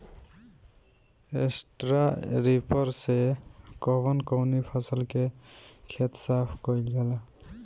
Straw reaper से कवन कवनी फसल के खेत साफ कयील जाला?